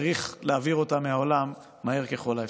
צריך להעביר אותה מהעולם מהר ככל האפשר.